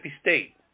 State